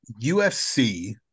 ufc